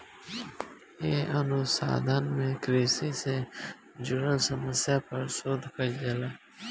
ए अनुसंधान में कृषि से जुड़ल समस्या पर शोध कईल जाला